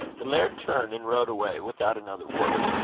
the laird turned and rode away without another word.